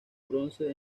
bronce